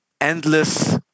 endless